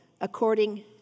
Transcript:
according